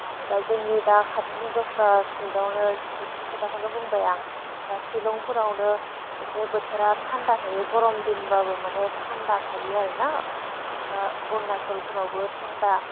आङोबा जोंनि दा खाथिनि दस्रा स्टेटआवनो स्टेटनि खोथाखौनो बुंबाय आं दा सिलंफोरावनो एसे बोथोरा थान्दा थायो गरम दिनबाबो मानि थान्दा थायो आरोना जेनेखा अरुनाचलफोरावबो थान्दा